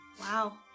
Wow